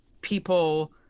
people